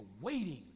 waiting